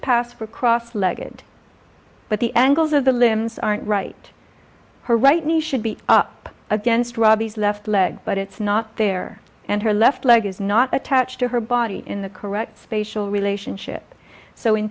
pass for a cross legged but the angles of the limbs aren't right her right knee should be up against robbie's left leg but it's not there and her left leg is not attached to her body in the correct spatial relationship so in